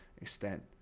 extent